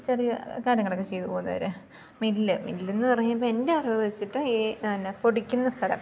ചെറിയ കാര്യങ്ങളൊക്കെ ചെയ്തു പോകുന്നവർ മില്ല് മില്ലെന്നു പറയുമ്പോൾ എൻ്റെ അറിവ് വെച്ചിട്ട് എ എന്ന പൊടിക്കുന്ന സ്ഥലം